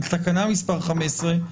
תקנה מספר 15,